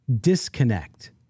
disconnect